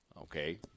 okay